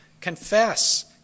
confess